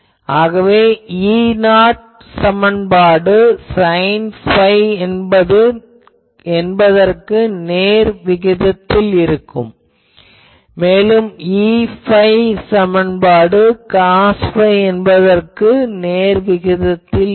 ஆகவே Eθ சமன்பாடு sine phi என்பதற்கு நேர்விகிதத்தில் இருக்கும் மேலும் Eϕ சமன்பாடு காஸ் phi என்பதற்கு நேர்விகிதத்தில் இருக்கும்